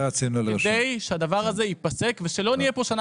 כדי שהדבר הזה ייפסק ושלא נהיה פה בשנה